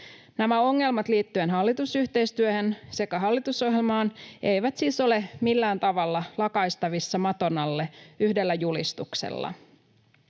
Nämä ongelmat liittyen hallitusyhteistyöhön sekä hallitusohjelmaan eivät siis ole millään tavalla lakaistavissa maton alle yhdellä julistuksella.